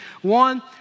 One